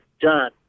done